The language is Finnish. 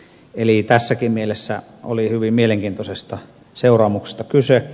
eli tässäkin mielessä oli hyvin mielenkiintoisesta seuraamuksesta kyse